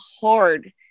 hard